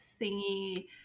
thingy